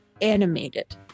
animated